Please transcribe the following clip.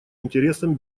интересам